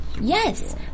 Yes